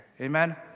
amen